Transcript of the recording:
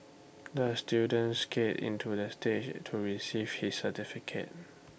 the student skated into the stage to receive his certificate